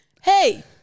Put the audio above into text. Hey